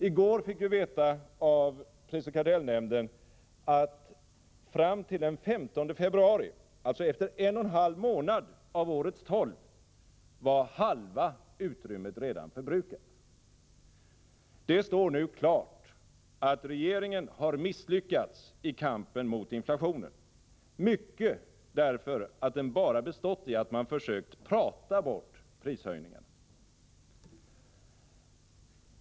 I går fick vi av prisoch kartellnämnden veta att fram till den 15 februari — alltså efter en och en halv månad av årets tolv — var halva utrymmet redan förbrukat. Det står nu klart att regeringen har misslyckats i kampen mot inflationen — mycket därför att den bara bestått i att man försökt att prata bort prishöjningarna.